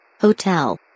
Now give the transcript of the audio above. Hotel